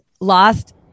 lost